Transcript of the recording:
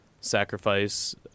sacrifice